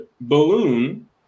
balloon